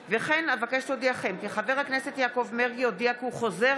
אבקש להודיעכם כי חבר הכנסת יעקב מרגי הודיע כי הוא חוזר